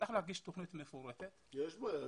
צריך להגיש תוכנית מפורטת --- יש בעיה.